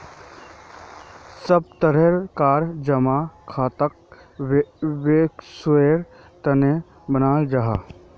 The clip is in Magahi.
सब तरह कार जमा खाताक वैवसायेर तने बनाल जाहा